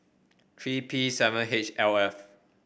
three P seven H L F